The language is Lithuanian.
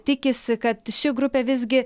tikisi kad ši grupė visgi